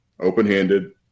open-handed